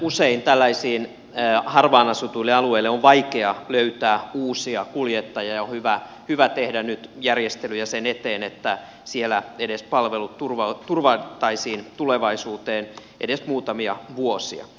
usein tällaisille harvaan asutuille alueille on vaikea löytää uusia kuljettajia ja on hyvä tehdä nyt järjestelyjä sen eteen että siellä palvelut turvattaisiin tulevaisuuteen edes muutamia vuosia